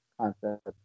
concept